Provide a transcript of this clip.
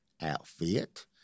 outfit